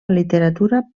literatura